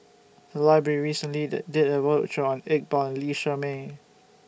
The Library recently did did A roadshow on Iqbal Lee Shermay